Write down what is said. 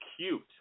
cute